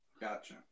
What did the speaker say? Gotcha